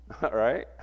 right